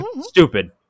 Stupid